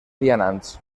vianants